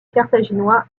carthaginois